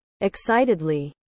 Excitedly